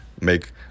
Make